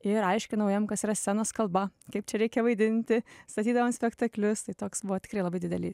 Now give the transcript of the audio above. ir aiškinau jiem kas yra scenos kalba kaip čia reikia vaidinti statydavom spektaklius tai toks buvo tikrai labai didelė